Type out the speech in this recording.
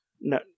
no